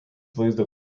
vaizdo